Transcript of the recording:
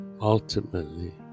ultimately